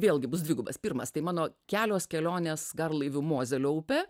vėlgi bus dvigubas pirmas tai mano kelios kelionės garlaiviu mozelio upe